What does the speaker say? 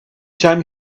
time